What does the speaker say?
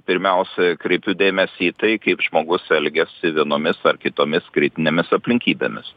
pirmiausia kreipiu dėmesį į tai kaip žmogus elgiasi vienomis ar kitomis kritinėmis aplinkybėmis